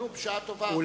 נו, בשעה טובה,